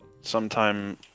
sometime